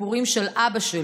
מהסיפורים של אבא שלי,